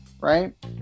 right